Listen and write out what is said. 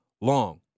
long